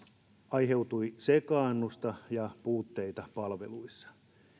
aiheutui sekaannusta ja puutteita palveluissa